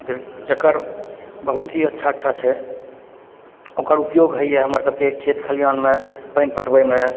जकर बहुत ही अच्छा अच्छा छै ओकर उपयोग होइए हमर सभके खेत खलिहानमे पानि पटबैमे